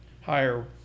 Higher